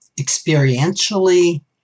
experientially